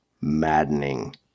maddening